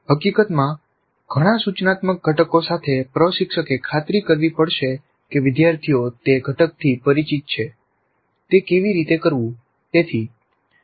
હકીકતમાં ઘણા સૂચનાત્મક ઘટકો સાથે પ્રશિક્ષકે ખાતરી કરવી પડશે કે વિદ્યાર્થીઓ તે ઘટકથી પરિચિત છે તે કેવી રીતે કરવું